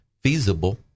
feasible